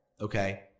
Okay